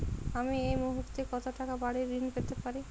আমি এই মুহূর্তে কত টাকা বাড়ীর ঋণ পেতে পারি?